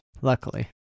Luckily